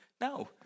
No